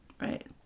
right